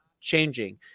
changing